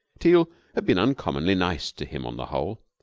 teal had been uncommonly nice to him on the whole.